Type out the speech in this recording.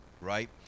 right